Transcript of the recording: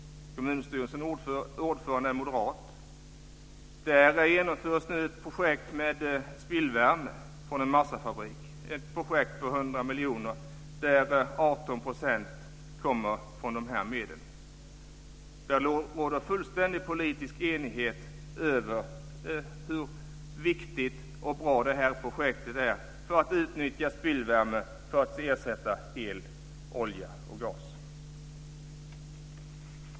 Kommunstyrelsens ordförande är moderat. Där genomförs ett projekt med spillvärme från en massafabrik, ett projekt för 100 miljoner kronor där 18 % kommer från de här medlen. Det råder fullständig politisk enighet om hur viktigt och bra det här projektet är för att utnyttja spillvärme och ersätta el, olja och gas.